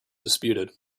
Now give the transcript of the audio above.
disputed